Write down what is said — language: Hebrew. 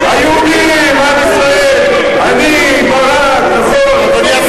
היהודים, עם ישראל, אני, ברק, נכון.